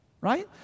Right